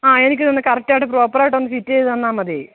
ആ എനിക്ക് ഇതൊന്ന് കറക്റ്റ് ആയിട്ട് പ്രോപ്പർ ആയിട്ടൊന്ന് ഫിറ്റ് ചെയ്ത് തന്നാൽ മതി